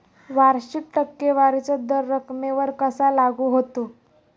वार्षिक टक्केवारीचा दर रकमेवर कसा लागू होतो?